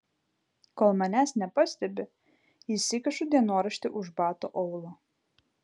kol manęs nepastebi įsikišu dienoraštį už bato aulo